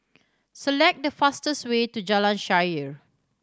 select the fastest way to Jalan Shaer